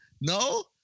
No